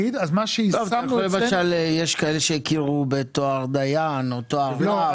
לא, למשל יש כאלה שהכירו בתואר דיין או תואר רב.